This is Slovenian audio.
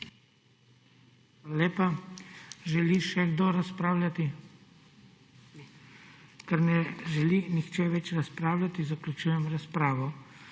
lepa. Želi še kdo razpravljati? Ker ne želi nihče več razpravljati zaključujem razpravo.